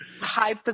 High